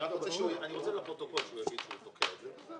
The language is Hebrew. בניית דירות מגורים להשכרה), התשע"ז-2017